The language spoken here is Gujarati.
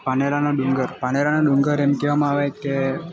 પાનેરાનો ડુંગર પાનેરાનો ડુંગર એમ કેવામાં આવે કે